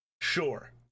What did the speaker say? Sure